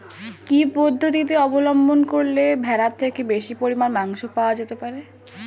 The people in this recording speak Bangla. কি পদ্ধতিতে অবলম্বন করলে ভেড়ার থেকে বেশি পরিমাণে মাংস পাওয়া যেতে পারে?